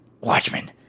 Watchmen